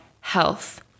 health